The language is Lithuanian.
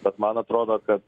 bet man atrodo kad